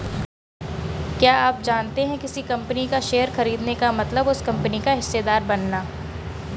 क्या आप जानते है किसी कंपनी का शेयर खरीदने का मतलब उस कंपनी का हिस्सेदार बनना?